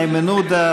איימן עודה,